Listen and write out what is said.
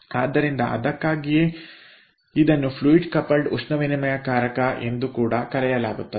ಆದ್ದರಿಂದ ಅದಕ್ಕಾಗಿಯೇ ಇದನ್ನು ಫ್ಲೂಯಿಡ್ ಕಪಲ್ಡ್ ಉಷ್ಣವಿನಿಮಯಕಾರಕ ಎಂದು ಕೂಡ ಕರೆಯಲಾಗುತ್ತದೆ